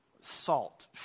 Salt